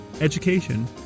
education